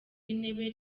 w’intebe